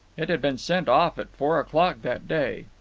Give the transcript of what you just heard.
it had been sent off at four o'clock that day.